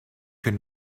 could